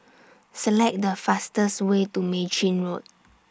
Select The fastest Way to Mei Chin Road